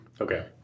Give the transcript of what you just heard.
Okay